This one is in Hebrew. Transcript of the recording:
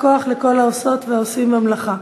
ויישר כוח לכל העושות והעושים במלאכה.